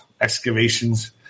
excavations